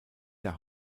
der